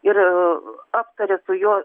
ir aptaria su juo